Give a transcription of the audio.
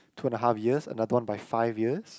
two and a half years another one by five years